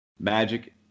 Magic